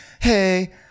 Hey